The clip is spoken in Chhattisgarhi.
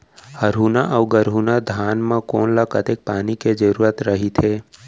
हरहुना अऊ गरहुना धान म कोन ला कतेक पानी के जरूरत रहिथे?